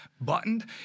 buttoned